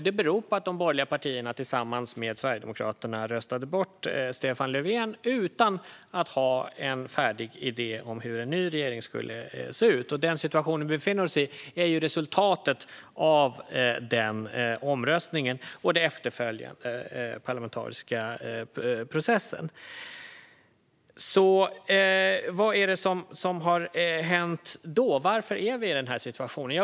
Det beror på att de borgerliga partierna tillsammans med Sverigedemokraterna röstade bort Stefan Löfven utan att ha en färdig idé om hur en ny regering skulle se ut. Den situation vi befinner oss i är resultatet av den omröstningen och den efterföljande parlamentariska processen. Vad är det då som har hänt? Varför är vi i den här situationen?